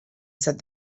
said